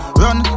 run